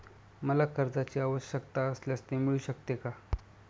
मला कर्जांची आवश्यकता असल्यास ते मिळू शकते का?